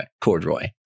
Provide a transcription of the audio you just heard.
corduroy